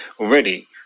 already